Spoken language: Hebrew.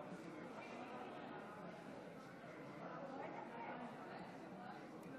התשפ"א 2021,